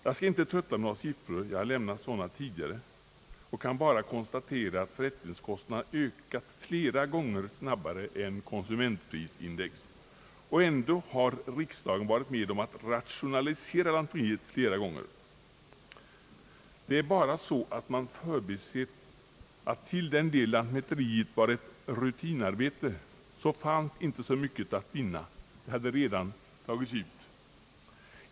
Jag skall inte trötta kammaren med några siffror, ty jag har lämnat sådana tidigare. Jag kan bara konstatera att förrättningskostnaderna har ökat flera gånger snabbare än konsumentprisindex. Ändå har riksdagen varit med om att rationalisera lantmäteriet flera gånger. Det är bara så att man förbisett att till den del lantmäteriet var ett rutinarbete, så fanns inte så mycket att vinna — det hade redan tagits ut.